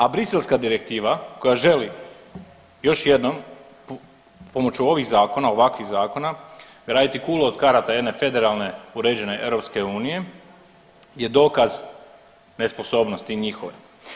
A briselska direktiva koja želi još jednom pomoću ovih zakona, ovakvih zakona graditi kulu od karata jedne federalne uređene EU je dokaz nesposobnosti njihove.